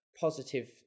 positive